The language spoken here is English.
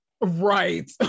right